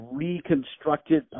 reconstructed